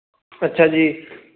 ਅੱਛਾ ਜੀ